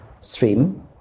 stream